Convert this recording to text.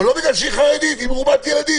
לא בגלל שהיא חרדית אלא בגלל שהיא מרובת ילדים.